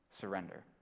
surrender